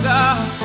God